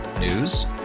News